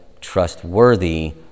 trustworthy